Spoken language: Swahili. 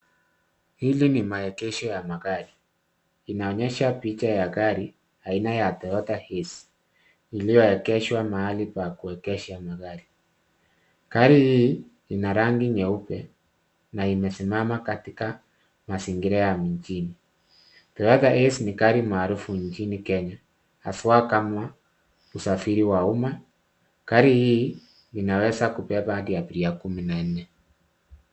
Hili ni maegesho ya magari, inaonyesha picha ya gari aina ya Toyota Hiace iliyoegeshwa mahali pa kuegesha magari, gari hii ina rangi nyeupe na imesimama katika mazingira ya mjini, Toyota Hiace ni gari marufu njini Kenya haswa kama usafiri wa umma, gari hii inaweza kupepa hadi abiria kumi na nne.